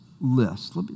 list